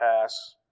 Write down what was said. pass